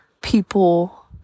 people